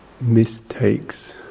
mistakes